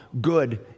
good